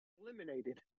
eliminated